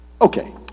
Okay